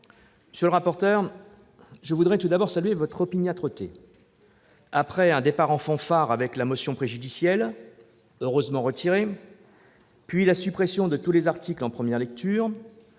Monsieur le rapporteur, je veux saluer votre opiniâtreté. Après un départ en fanfare avec une motion préjudicielle, heureusement retirée, puis la suppression de tous les articles en première lecture,